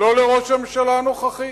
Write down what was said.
לא לראש הממשלה הנוכחי.